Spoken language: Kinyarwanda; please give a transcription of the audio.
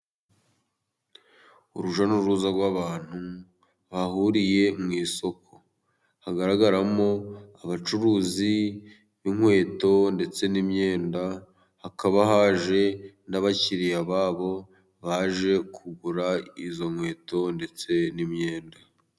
Urujya n'uruza rw'abantu, bahuriye mu isoko. Hagaragaramo abacuruzi b'inkweto ndetse n'imyenda, hakaba haje n'abakiriya babo, baje kugura izo nkweto ndetse n'imyenda.